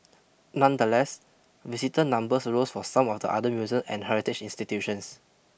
nonetheless visitor numbers rose for some of the other museums and heritage institutions